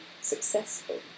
successful